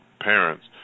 parents